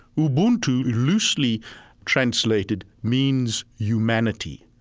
ubuntu loosely translated means humanity.